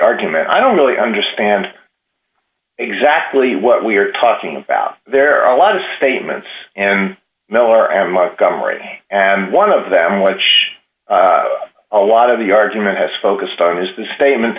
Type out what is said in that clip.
argument i don't really understand exactly what we're talking about there are a lot of statements and miller and my gum right and one of them which a lot of the argument has focused on is the statement